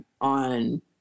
on